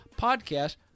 podcast